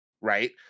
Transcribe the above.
right